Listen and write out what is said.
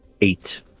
Eight